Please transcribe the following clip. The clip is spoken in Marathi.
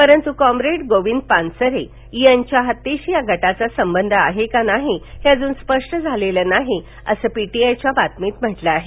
परंतु कॉम्रेड गोविंद पानसरे यांच्या हत्येशी या गटाचा संबंध आहे का हे अजून स्पष्ट झालेलं नाही असंही पीटीआयच्या बातमीत म्हटलं आहे